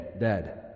dead